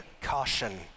caution